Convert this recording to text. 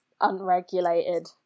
unregulated